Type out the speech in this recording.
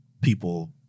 people